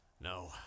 No